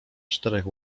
czterech